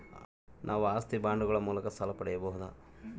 ನಾವು ಆಸ್ತಿ ಬಾಂಡುಗಳ ಮೂಲಕ ಸಾಲ ಪಡೆಯಬಹುದಾ?